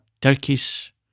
Turkish